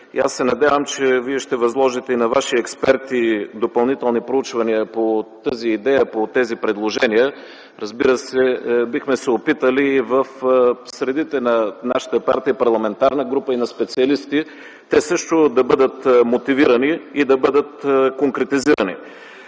Аз се надявам, че Вие ще възложите и на Ваши експерти допълнителни проучвания по тази идея, по тези предложения. Разбира се, бихме се опитали и в средите на нашата партия, парламентарна група и на специалисти те също да бъдат мотивирани и да бъдат конкретизирани.